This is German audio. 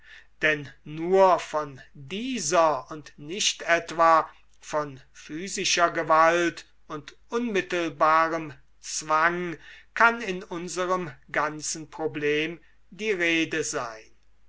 denn nur von dieser und nicht etwa von physischer gewalt und unmittelbarem zwang kann in unserem ganzen problem die rede sein